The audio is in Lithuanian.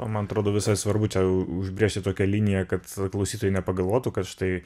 o man atrodo visai svarbu čia užbrėžti tokią liniją kad klausytojai nepagalvotų kad štai